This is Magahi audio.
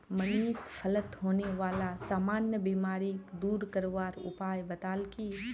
मनीष फलत होने बाला सामान्य बीमारिक दूर करवार उपाय बताल की